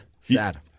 Sad